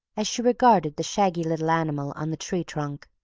as she regarded the shaggy little animal on the tree trunk.